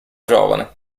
giovane